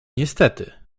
niestety